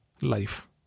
life